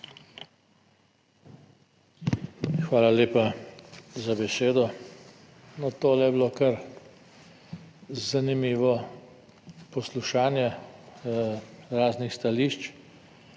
Hvala lepa za besedo. No, tole je bilo kar zanimivo poslušanje raznih stališč.